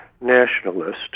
nationalist